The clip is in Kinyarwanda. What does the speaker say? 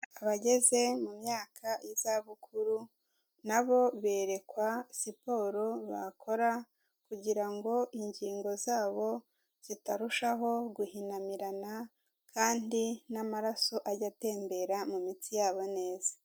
Abageze mu myaka y'izabukuru nabo berekwa siporo bakora kugira ngo ingingo zabo zitarushaho guhinamirana kandi n'amaraso ajye atembera mu mitsi yabo neza.